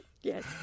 Yes